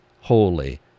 holy